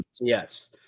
Yes